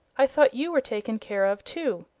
i thought you were taken care of too.